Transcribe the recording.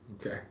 okay